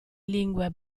lingue